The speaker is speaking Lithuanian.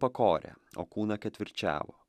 pakorė o kūną ketvirčiavo